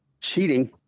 cheating